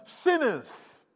sinners